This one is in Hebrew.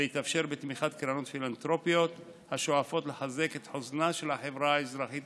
ומתאפשר בתמיכת קרנות פילנתרופיות השואפות לחזק את חוסנה של החברה האזרחית